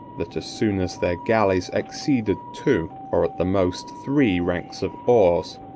that as soon as their galleys exceeded two, or at the most three ranks of oars,